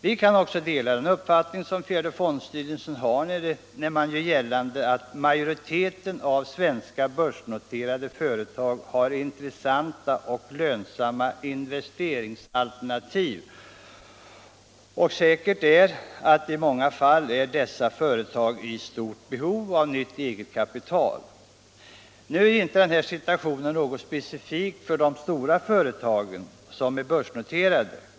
Vi kan också dela den uppfattning som fjärde fondstyrelsen har när den gör gällande att majoriteten av svenska börsnoterade företag har intressanta och lönsamma investeringsalternativ, och säkert är att i många fall är dessa företag i stort behov av nytt eget kapital. Nu är inte den här situationen något specifikt för de stora börsnoterade företagen.